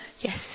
yes